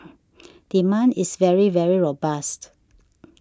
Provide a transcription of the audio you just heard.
demand is very very robust